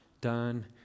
done